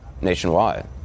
nationwide